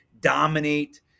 dominate